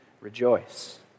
Rejoice